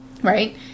Right